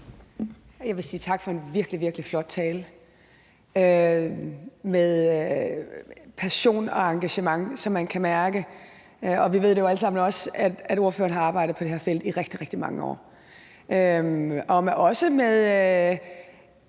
Jeg vil sige tak for en virkelig, virkelig flot tale med passion og engagement, som man kan mærke. Vi ved jo alle sammen også, at ordføreren har arbejdet på det her felt i rigtig mange år. Det var også en